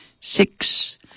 Six